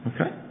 Okay